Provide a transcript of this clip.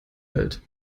welt